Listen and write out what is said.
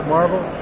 Marvel